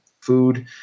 food